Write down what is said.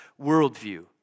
worldview